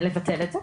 לבטל את זה.